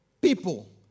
people